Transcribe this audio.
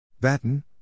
Batten